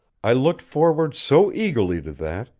i looked forward so eagerly to that,